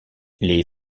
les